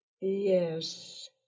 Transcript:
Yes